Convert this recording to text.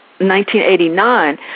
1989